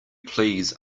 please